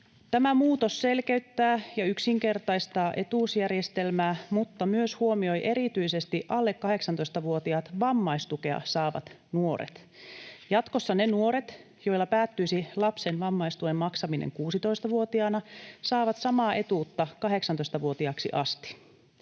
Tämä muutos selkeyttää ja yksinkertaistaa etuusjärjestelmää mutta myös huomioi erityisesti alle 18-vuotiaat vammaistukea saavat nuoret. Jatkossa ne nuoret, joilla päättyisi lapsen vammaistuen maksaminen 16-vuotiaana, saavat samaa etuutta 18-vuotiaaksi asti.